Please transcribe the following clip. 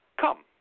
come